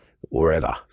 wherever